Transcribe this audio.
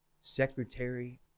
secretary